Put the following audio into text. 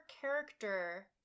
character